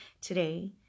today